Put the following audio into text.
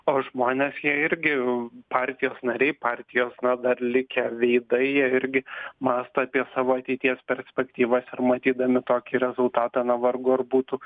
o žmonės jie irgi partijos nariai partijos na dar likę veidai jie irgi mąsto apie savo ateities perspektyvas ir matydami tokį rezultatą na vargu ar būtų